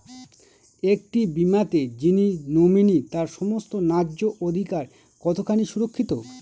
একটি বীমাতে যিনি নমিনি তার সমস্ত ন্যায্য অধিকার কতখানি সুরক্ষিত?